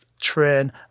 train